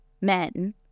men